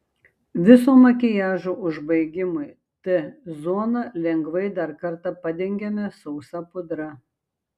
viso makiažo užbaigimui t zoną lengvai dar kartą padengiame sausa pudra